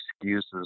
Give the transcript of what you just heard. excuses